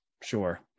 sure